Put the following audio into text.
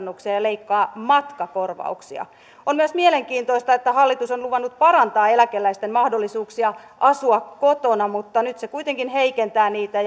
sekä lääkekustannuksia ja leikkaa matkakorvauksia on myös mielenkiintoista että hallitus on luvannut parantaa eläkeläisten mahdollisuuksia asua kotona mutta nyt se kuitenkin heikentää niitä